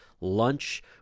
lunch